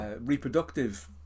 reproductive